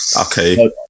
Okay